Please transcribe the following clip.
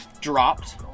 dropped